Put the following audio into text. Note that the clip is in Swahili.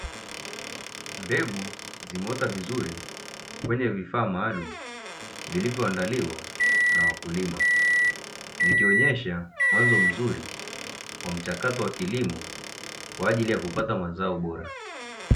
Mbegu zimeota vizuri kwenye vifaa maalumu, vilivyoandaliwa na wakulima, zikionyesha mwanzo mzuri wa mchakato wa kilimo kwa ajili ya kupata mazao bora.